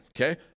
Okay